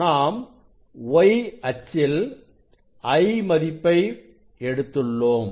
நாம் Y அச்சில் I மதிப்பை எடுத்துள்ளோம்